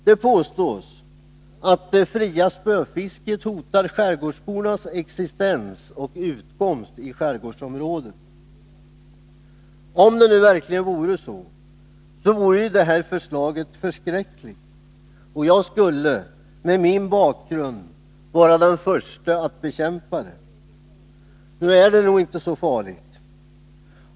Det påstås att det fria spöfisket hotar skärgårdsbornas existens och utkomst i skärgården. Om det verkligen vore så, vore ju det här förslaget förskräckligt, och jag skulle med min bakgrund vara den förste att bekämpa det. Men nu är det nog inte så farligt.